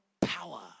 power